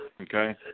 okay